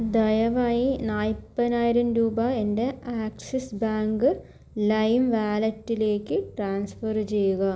ദയവായി നാൽപതിനായിരം രൂപ എൻ്റെ ആക്സിസ് ബാങ്ക് ലൈം വാലറ്റിലേക്ക് ട്രാൻസ്ഫർ ചെയ്യുക